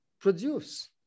produce